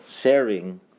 sharing